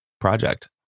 project